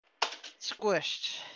squished